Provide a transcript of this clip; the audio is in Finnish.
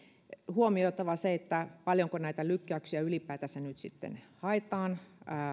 huomioitava se paljonko näitä lykkäyksiä ylipäätänsä nyt haetaan